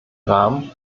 rahmen